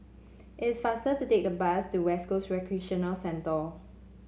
it is faster to take the bus to West Coast Recreation Centre